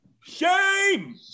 Shame